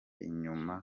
inyuma